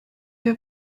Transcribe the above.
der